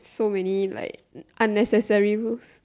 so many like unnecessary rules